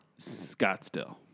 Scottsdale